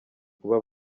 kuba